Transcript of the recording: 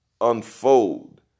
unfold